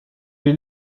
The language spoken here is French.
est